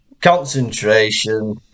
Concentration